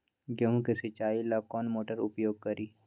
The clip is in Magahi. गेंहू के सिंचाई ला कौन मोटर उपयोग करी?